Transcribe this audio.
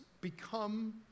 become